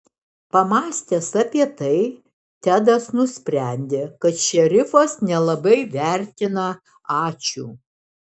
pamąstęs apie tai tedas nusprendė kad šerifas nelabai vertina ačiū